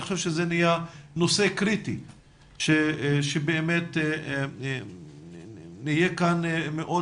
אני חושב שזה נהיה נושא קריטי שבאמת נהיה כאן מאוד